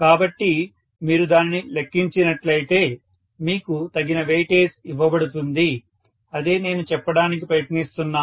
కాబట్టి మీరు దానిని లెక్కించినట్లయితే మీకు తగిన వెయిటేజ్ ఇవ్వబడుతుంది అదే నేను చెప్పడానికి ప్రయత్నిస్తున్నాను